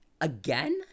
Again